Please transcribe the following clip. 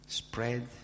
spread